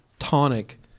Tonic